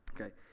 Okay